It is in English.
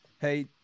Hey